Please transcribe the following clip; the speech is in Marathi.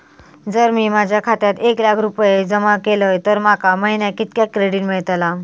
जर मी माझ्या खात्यात एक लाख रुपये जमा केलय तर माका महिन्याक कितक्या क्रेडिट मेलतला?